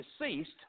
deceased